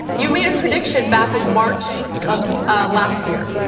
you made a prediction back in march of last year.